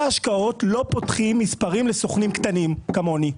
ההשקעות לא פותחים מספרים לסוכנים קטנים כמוני.